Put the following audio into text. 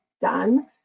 done